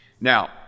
Now